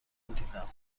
دیدم